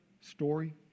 story